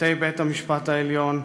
שופטי בית-המשפט העליון,